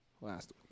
Last